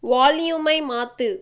வால்யூமை மாற்று